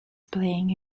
playing